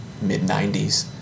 mid-90s